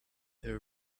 her